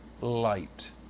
light